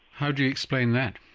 how do you explain that?